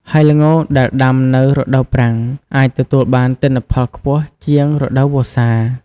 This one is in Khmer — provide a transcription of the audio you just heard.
ហើយល្ងដែលដាំនៅរដូវប្រាំង អាចទទួលបានទិន្នផលខ្ពស់ជាងរដូវវស្សា។